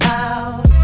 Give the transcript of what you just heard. out